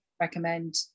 recommend